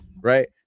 Right